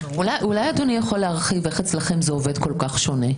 אולי אדוני יכול להרחיב איך אצלכם זה עובד כל כך שונה.